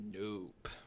Nope